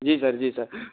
जी sir जी sir